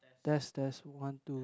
test test one two